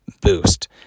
boost